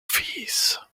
fils